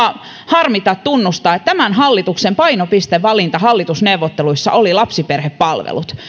harmita tunnustaa että tämän hallituksen painopistevalinta hallitusneuvotteluissa oli lapsiperhepalvelut